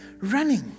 running